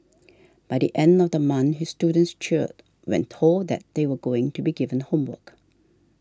by the end of the month his students cheered when told that they were going to be given homework